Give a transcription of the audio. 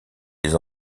des